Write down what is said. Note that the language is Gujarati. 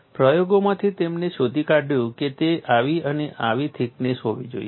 પ્રયોગોમાંથી તેઓએ શોધી કાઢ્યું કે તે આવી અને આવી થિકનેસ હોવી જોઈએ